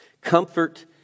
Comfort